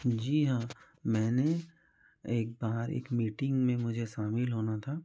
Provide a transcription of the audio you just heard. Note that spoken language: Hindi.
जी हाँ मैंने एक बार एक मीटिंग में मुझे शामिल होना था